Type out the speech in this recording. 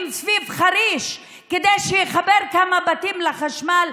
סביב חריש כדי שיחבר כמה בתים לחשמל,